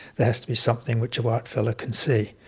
there has to be something which a whitefella can see,